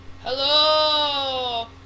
Hello